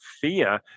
fear